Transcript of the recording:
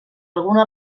alguna